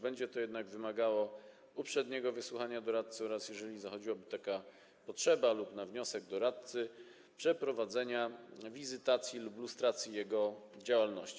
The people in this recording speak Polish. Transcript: Będzie to jednak wymagało uprzedniego wysłuchania doradcy oraz - jeżeli zachodziłaby taka potrzeba lub na wniosek doradcy - przeprowadzenia wizytacji lub lustracji jego działalności.